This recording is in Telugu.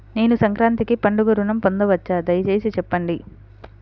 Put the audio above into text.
నేను సంక్రాంతికి పండుగ ఋణం పొందవచ్చా? దయచేసి చెప్పండి?